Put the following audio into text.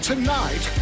Tonight